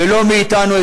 ולא מאתנו,